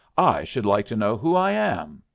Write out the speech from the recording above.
i should like to know who i am?